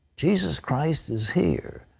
jesus christ is here.